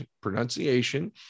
pronunciation